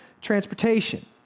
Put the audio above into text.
transportation